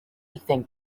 think